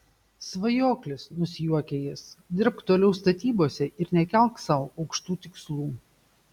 svajoklis nusijuokia jis dirbk toliau statybose ir nekelk sau aukštų tikslų